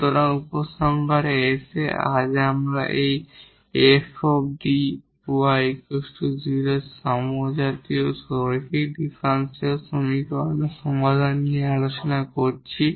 সুতরাং উপসংহারে এসে আমরা আজ এই 𝑓𝐷𝑦 0 এর হোমোজিনিয়াস লিনিয়ার ডিফারেনশিয়াল সমীকরণের সমাধান নিয়ে আলোচনা করেছি